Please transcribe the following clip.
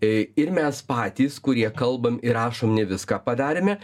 ir mes patys kurie kalbam ir rašom ne viską padarėme